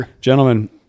gentlemen